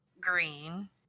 green